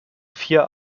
vier